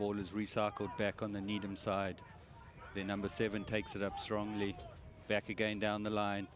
is recycled back on the needham side the number seven takes it up strongly back again down the line